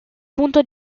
punto